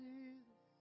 Jesus